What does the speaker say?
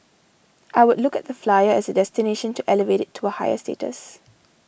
I would look at the Flyer as a destination to elevate it to a higher status